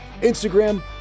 Instagram